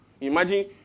Imagine